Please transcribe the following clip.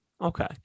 Okay